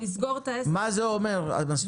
מה זה אומר המסלול הקיים?